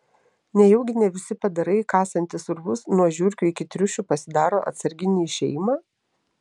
nejaugi ne visi padarai kasantys urvus nuo žiurkių iki triušių pasidaro atsarginį išėjimą